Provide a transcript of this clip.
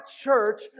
church